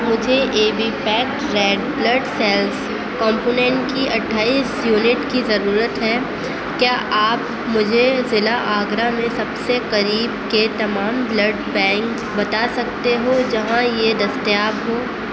مجھے A B pack red blood cells component کی اٹھائیس یونٹ کی ضرورت ہے کیا آپ مجھے ضلع آگرہ میں سب سے قریب کے تمام بلڈ بینک بتا سکتے ہو جہاں یہ دستیاب ہو